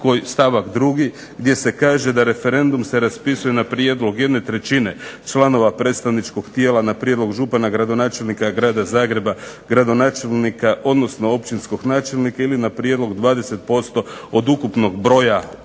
stavak 2. gdje se kaže da referendum se raspisuje na prijedlog 1/3 članova predstavničkog tijela na prijedlog župana, gradonačelnika Grada Zagreba, gradonačelnika odnosno općinskog načelnika ili na prijedlog od 20% od ukupnog broja u